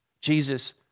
Jesus